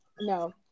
no